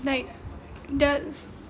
like does